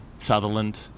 Sutherland